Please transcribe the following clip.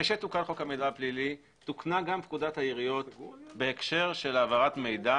כאשר תוקן חוק המידע הפלילי תוקנה גם פקודת העיריות בהקשר העברת מידע